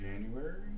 January